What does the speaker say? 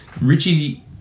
Richie